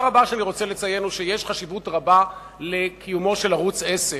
יש חשיבות רבה לקיומו של ערוץ-10.